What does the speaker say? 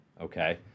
Okay